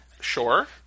sure